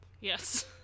Yes